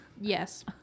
Yes